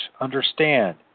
Understand